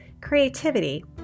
creativity